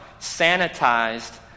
sanitized